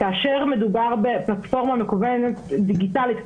כאשר מדובר בפלטפורמה מקוונת דיגיטלית,